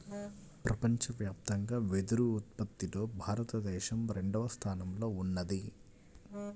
ప్రపంచవ్యాప్తంగా వెదురు ఉత్పత్తిలో భారతదేశం రెండవ స్థానంలో ఉన్నది